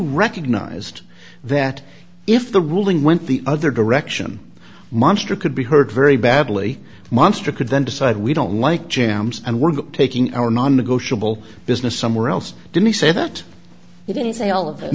recognized that if the ruling went the other direction monster could be heard very badly monstre could then decide we don't like jams and we're taking our non negotiable business somewhere else did he say that he didn't say all of th